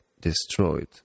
destroyed